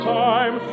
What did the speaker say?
time